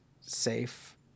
safe